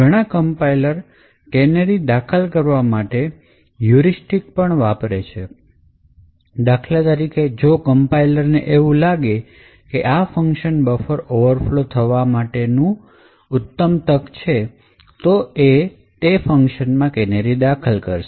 ઘણા compilers canary દાખલ કરવા માટે હયુરિસ્તિક પણ વાપરે છે દાખલા તરીકે જો કંપાઇલરsને એવું લાગે કે આ ફંકશન બફર ઓવરફ્લો થવા માટે ઉત્તમ છે તો એ અહીંયા કેનેરી દાખલ કરી આપશે